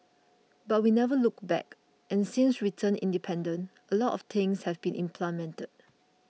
but we never looked back and since we turned independent a lot of things have been implemented